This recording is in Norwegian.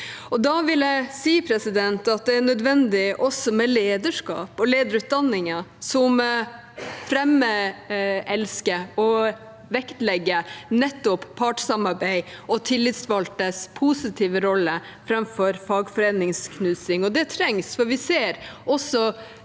og trygger arbeidsfolk. Det er nødvendig også med lederskap og lederutdanninger som framelsker og vektlegger partssamarbeid og tillitsvalgtes positive rolle framfor fagforeningsknusing. Det trengs, for vi ser også